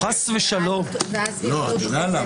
את הרוויזיות על ההסתייגויות והצבעה על החוק עצמו.